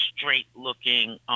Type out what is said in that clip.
straight-looking